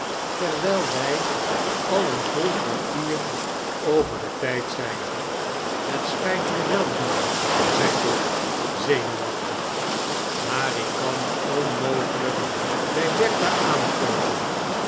teirwijl wij al een vol kwartaer over den tijd zijn het spijt mij wel john zei dot zenuwachtig maar ik kan onmogemjk bij bertha aankomen